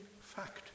fact